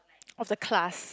of the class